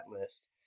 list